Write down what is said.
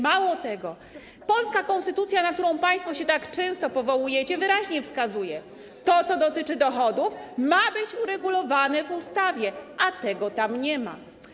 Mało tego, polska konstytucja, na którą państwo się tak często powołujecie, wyraźnie wskazuje: to, co dotyczy dochodów, ma być uregulowane w ustawie, a tego tam nie ma.